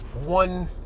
one